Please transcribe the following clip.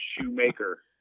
Shoemaker